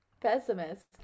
pessimist